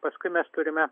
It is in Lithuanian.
paskui mes turime